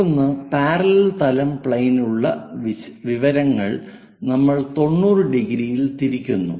തുടർന്ന് പാരലൽ തലം പ്ലെയിനിലുള്ള വിവരങ്ങൾ നമ്മൾ 90 ഡിഗ്രിയിൽ തിരിക്കുന്നു